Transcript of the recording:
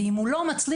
ואם הוא לא מצליח,